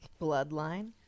bloodline